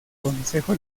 consejo